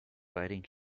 biting